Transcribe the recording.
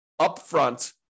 upfront